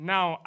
Now